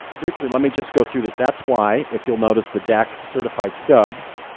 briefly, let me just go through this. that's why, if you'll notice, the dac certified subs,